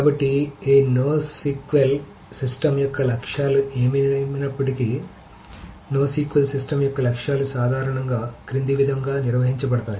కాబట్టి ఈ NoSQL system యొక్క లక్ష్యాలు ఏమైనప్పటికీ NoSQL సిస్టమ్ యొక్క లక్ష్యాలు సాధారణంగా క్రింది విధంగా సంగ్రహించబడతాయి